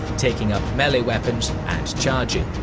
taking up melee weapons and charging.